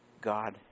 God